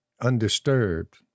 undisturbed